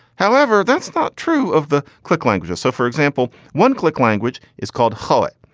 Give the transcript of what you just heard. however, that's not true of the click languages. so for example, one click language is called hollett.